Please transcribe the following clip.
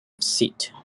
seat